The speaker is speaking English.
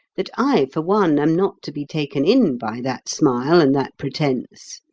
that i for one am not to be taken in by that smile and that pretence.